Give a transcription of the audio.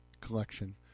collection